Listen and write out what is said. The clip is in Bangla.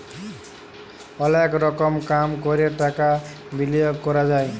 অলেক রকম কাম ক্যরে টাকা বিলিয়গ ক্যরা যায়